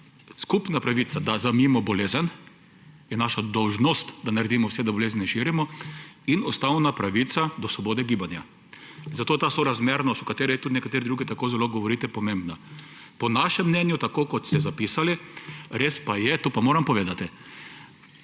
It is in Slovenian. skupna pravica, da zajezimo bolezen, je naša dolžnost, da naredimo vse, da bolezni ne širimo, in ustavna pravica do svobode gibanja. Zato je ta sorazmernost, v kateri tudi nekateri drugi tako zelo govorite, pomembna. Po našem mnenju, tako kot ste zapisali, res pa je, to pa moram povedati,